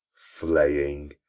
flaying,